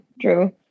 true